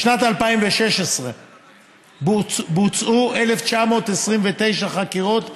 בשנת 2016 בוצעו 1,929 חקירות בערבית,